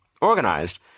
organized